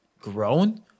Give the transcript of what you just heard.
grown